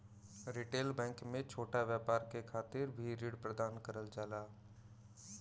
retail bank में छोटा व्यापार के खातिर भी ऋण प्रदान करल जाला